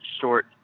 short